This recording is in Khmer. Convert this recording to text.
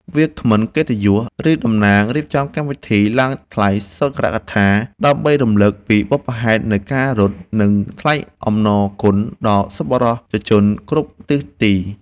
វាគ្មិនកិត្តិយស ឬតំណាងរៀបចំកម្មវិធីឡើងថ្លែងសុន្ទរកថា ដើម្បីរំលឹកពីបុព្វហេតុនៃការរត់ និងថ្លែងអំណរគុណដល់សប្បុរសជនគ្រប់ទិសទី។